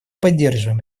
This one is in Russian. поддерживаем